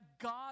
God